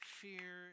fear